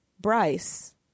Bryce